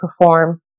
perform